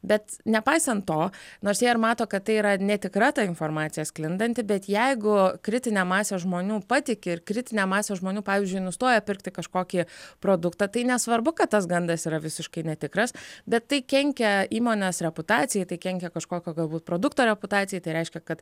bet nepaisant to nors jie ir mato kad tai yra netikra ta informacija sklindanti bet jeigu kritinė masė žmonių patiki ir kritinė masė žmonių pavyzdžiui nustoja pirkti kažkokį produktą tai nesvarbu kad tas gandas yra visiškai netikras bet tai kenkia įmonės reputacijai tai kenkia kažkokio galbūt produkto reputacijai tai reiškia kad